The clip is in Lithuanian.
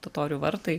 totorių vartai